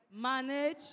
manage